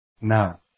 Now